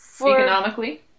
Economically